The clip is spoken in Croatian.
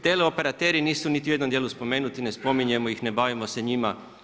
Teleoperateri nisu niti u jednom dijelu spomenuti, ne spominjemo ih, ne bavimo se njima.